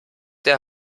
der